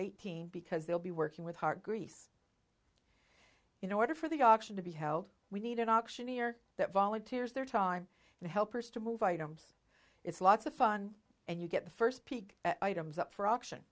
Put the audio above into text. eighteen because they'll be working with hard grease in order for the auction to be held we need an auctioneer that volunteers their time and helpers to move items it's lots of fun and you get the first peek at items up for auction